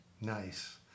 Nice